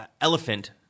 elephant